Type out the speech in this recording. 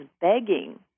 begging